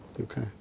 Okay